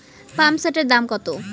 পাম্পসেটের দাম কত?